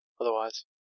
otherwise